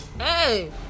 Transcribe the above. Hey